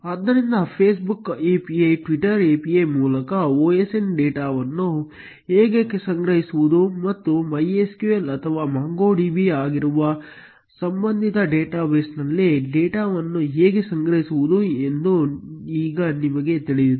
ಆದ್ದರಿಂದ Facebook API Twitter API ಮೂಲಕ OSN ಡೇಟಾವನ್ನು ಹೇಗೆ ಸಂಗ್ರಹಿಸುವುದು ಮತ್ತು MySQL ಅಥವಾ MongoDB ಆಗಿರುವ ಸಂಬಂಧಿತ ಡೇಟಾಬೇಸ್ನಲ್ಲಿ ಡೇಟಾವನ್ನು ಹೇಗೆ ಸಂಗ್ರಹಿಸುವುದು ಎಂದು ಈಗ ನಮಗೆ ತಿಳಿದಿದೆ